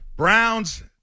Browns